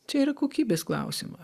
čia yra kokybės klausima